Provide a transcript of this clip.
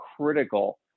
critical